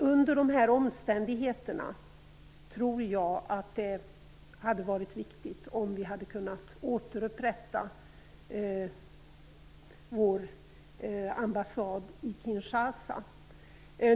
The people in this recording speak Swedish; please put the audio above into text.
Under dessa omständigheter hade det varit viktigt om vi hade kunnat återupprätta vår ambassad i Kinshasa.